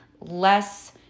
less